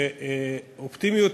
שאופטימיות,